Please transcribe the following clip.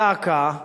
דא עקא,